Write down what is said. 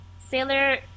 Sailor